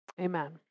Amen